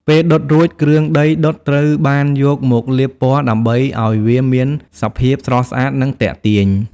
ពេលដុតរួច គ្រឿងដីដុតត្រូវបានយកមក លាបពណ៌ ដើម្បីឲ្យវាមានសភាពស្រស់ស្អាតនិងទាក់ទាញ។